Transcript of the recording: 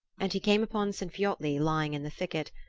and he came upon sinfiotli lying in the thicket,